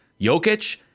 Jokic